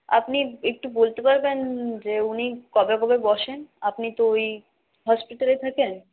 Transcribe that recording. আপনি একটু বলতে পারবেন যে উনি কবে কবে বসেন আপনি তো ওই হসপিটালে থাকেন